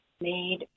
made